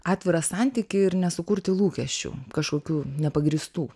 atvirą santykį ir nesukurti lūkesčių kažkokių nepagrįstų